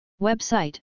Website